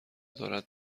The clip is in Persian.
دارد